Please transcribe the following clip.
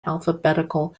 alphabetical